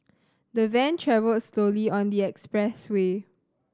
the van travelled slowly on the expressway